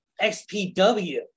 XPW